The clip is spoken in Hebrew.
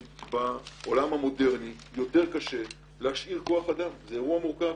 בעולם המודרני יותר קשה לשמר כוח אדם זה אירוע מורכב.